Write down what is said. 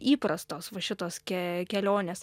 įprastos va šitos ke kelionės